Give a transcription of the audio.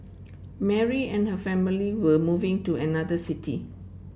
Mary and her family were moving to another city